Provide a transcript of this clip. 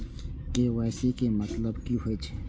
KYC के मतलब की होई छै?